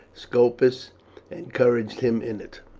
scopus encouraged him in it.